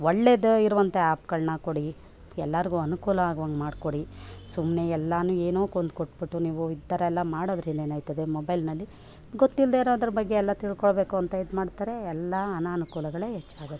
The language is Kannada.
ಒಳ್ಳೇದು ಇರುವಂಥ ಆ್ಯಪ್ಗಳನ್ನ ಕೊಡಿ ಎಲ್ಲರಿಗೂ ಅನುಕೂಲವಾಗೋ ಹಂಗೆ ಮಾಡ್ಕೊಡಿ ಸುಮ್ಮನೆ ಎಲ್ಲವೂ ಏನೋ ಕೊಂದು ಕೊಟ್ಬಿಟ್ಟು ನೀವು ಈ ಥರ ಎಲ್ಲ ಮಾಡೋದರಿಂದ ಏನಾಯ್ತದೆ ಮೊಬೈಲ್ನಲ್ಲಿ ಗೊತ್ತಿಲ್ಲದೇ ಇರೋದು ಬಗ್ಗೆ ಎಲ್ಲ ತಿಳ್ಕೊಳ್ಬೇಕು ಅಂತ ಇದ್ಮಾಡ್ತಾರೆ ಎಲ್ಲ ಅನಾನುಕೂಲಗಳೇ ಹೆಚ್ಚಾಗುತ್ತೆ